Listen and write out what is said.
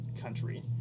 country